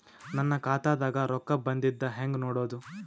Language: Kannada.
ನನ್ನ ಖಾತಾದಾಗ ರೊಕ್ಕ ಬಂದಿದ್ದ ಹೆಂಗ್ ನೋಡದು?